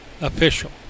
official